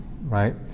right